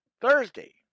Thursday